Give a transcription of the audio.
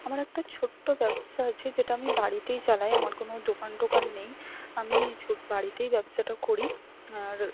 আমার একটা ছোটো ব্যবসা আছে যেটা আমি বাড়িতেই চালাই আমার কোনো দোকান টোকান নেই আমি বাড়িতেই ব্যবসাটা করি আর